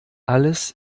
alles